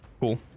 Cool